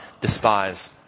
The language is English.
despise